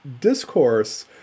discourse